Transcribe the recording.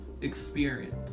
experience